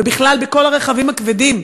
ובכלל בכל הרכבים הכבדים?